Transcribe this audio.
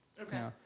Okay